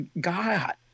God